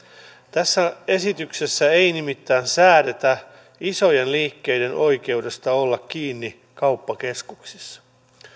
tässä esityksessä ei nimittäin säädetä isojen liikkeiden oikeudesta olla kiinni kauppakeskuksissa